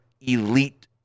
elite